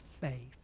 faith